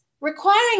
requiring